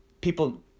people